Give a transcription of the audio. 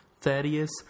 Thaddeus